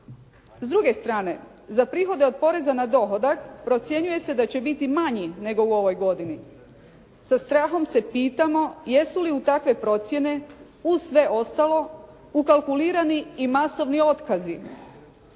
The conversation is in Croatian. S druge strane, za prihode od poreza na dohodak, procjenjuje se da će biti manji nego u ovoj godini. Sa strahom se pitamo, jesu li uz takve procjene, uz sve ostalo ukalkulirani i masovni otkazi?